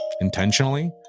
intentionally